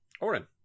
Oren